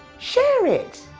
share it!